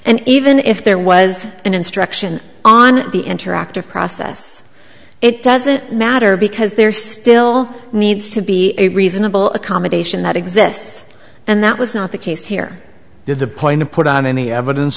and even if there was an instruction on the interactive process it doesn't matter because there still needs to be a reasonable accommodation that exists and that was not the case here to the point to put on any evidence